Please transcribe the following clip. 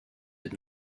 did